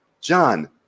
John